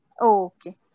Okay